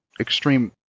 extreme